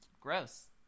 Gross